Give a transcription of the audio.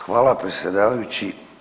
Hvala predsjedavajući.